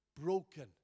broken